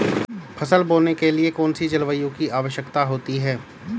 फसल बोने के लिए कौन सी जलवायु की आवश्यकता होती है?